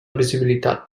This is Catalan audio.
visibilitat